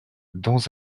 dans